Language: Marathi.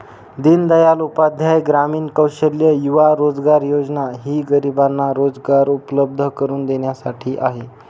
दीनदयाल उपाध्याय ग्रामीण कौशल्य युवा रोजगार योजना ही गरिबांना रोजगार उपलब्ध करून देण्यासाठी आहे